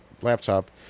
laptop